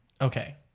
Okay